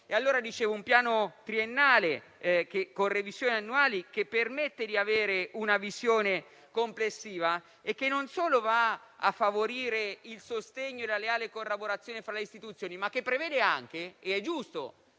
Un piano triennale con revisioni annuali permette di avere una visione complessiva; esso non solo favorisce il sostegno e la leale collaborazione fra le istituzioni, ma prevede anche giustamente,